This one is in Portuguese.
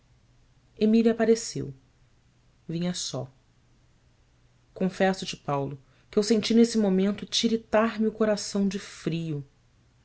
emília apareceu vinha só confesso te paulo que eu senti nesse momento tiritar me o coração de frio